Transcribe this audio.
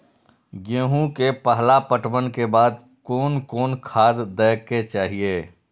गेहूं के पहला पटवन के बाद कोन कौन खाद दे के चाहिए?